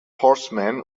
horsemen